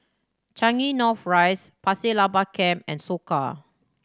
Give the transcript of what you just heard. Changi North Rise Pasir Laba Camp and Soka